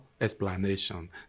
explanation